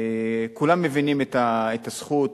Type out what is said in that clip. כולם מבינים את הזכות